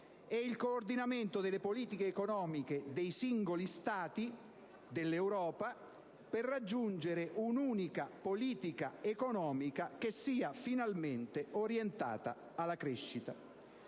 e il coordinamento delle politiche economiche dei singoli Stati dell'Europa, dall'altra, per raggiungere un'unica politica economica che sia finalmente orientata alla crescita.